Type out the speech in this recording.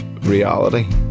reality